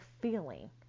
feeling